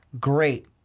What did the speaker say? Great